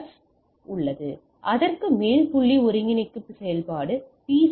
F உள்ளது அதற்கு மேல் புள்ளி ஒருங்கிணைப்பு செயல்பாடு பி